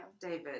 David